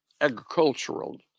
agricultural